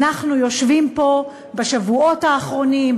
אנחנו יושבים פה בשבועות האחרונים,